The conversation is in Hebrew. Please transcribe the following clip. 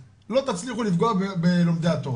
אני אגיד לכם את הכותרת לא תצליחו לפגוע בלומדי התורה.